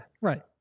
right